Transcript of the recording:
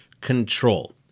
control